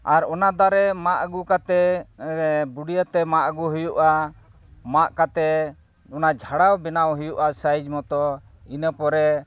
ᱟᱨ ᱚᱱᱟ ᱫᱟᱨᱮ ᱢᱟᱜ ᱟᱹᱜᱩ ᱠᱟᱛᱮᱫ ᱵᱩᱰᱤᱭᱟᱹᱛᱮ ᱢᱟᱜ ᱟᱹᱜᱩᱭ ᱦᱩᱭᱩᱜᱼᱟ ᱢᱟᱜ ᱠᱟᱛᱮᱫ ᱚᱱᱟ ᱡᱷᱟᱲᱟᱣ ᱵᱮᱱᱟᱣ ᱦᱩᱭᱩᱜᱼᱟ ᱥᱟᱭᱤᱡᱽ ᱢᱚᱛᱚ ᱤᱱᱟᱹ ᱯᱚᱨᱮ